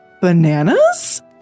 bananas